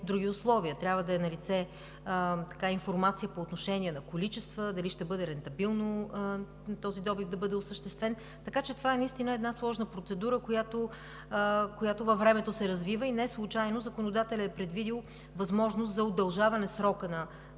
трябва да е налице информация по отношение на количествата, дали ще бъде рентабилен този добив, за да бъде осъществен. Това е една сложна процедура, която във времето се развива и неслучайно законодателят е предвидил възможност за удължаване срока на